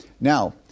Now